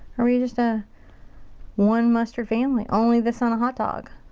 are you just a one mustard family? only this on a hot dog.